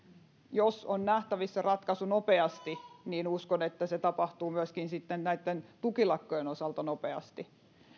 jos on nähtävissä ratkaisu nopeasti niin uskon että se tapahtuu myöskin näitten tukilakkojen osalta nopeasti